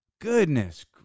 Goodness